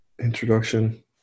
introduction